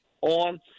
on